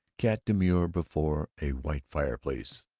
cat demure before a white fireplace.